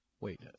Wait